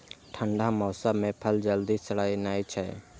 ठंढा मौसम मे फल जल्दी सड़ै नै छै